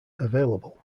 available